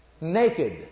Naked